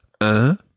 un